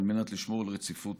על מנת לשמור על רציפות